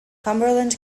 cumberland